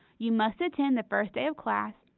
you must attend the first day of class,